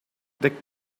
the